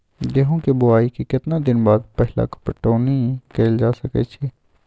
गेंहू के बोआई के केतना दिन बाद पहिला पटौनी कैल जा सकैछि?